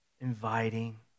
inviting